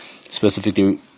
specifically